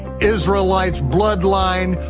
israelites, bloodline,